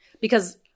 because-